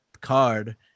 card